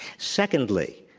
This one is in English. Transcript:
secondly,